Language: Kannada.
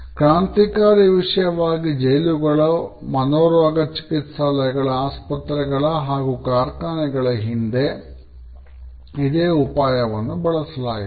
ಕ್ರಾಂತಿಕಾರಿ ವಿಷಯವಾಗಿ ಜೈಲುಗಳ ಮನೋರೋಗ ಚಿಕಿತ್ಸಾಲಯಗಳ ಆಸ್ಪತ್ರೆಗಳ ಹಾಗು ಕಾರ್ಖಾನೆಗಳ ಹಿಂದೆ ಇದೆ ಉಪಾಯವನ್ನು ಬಳಸಲಾಯಿತು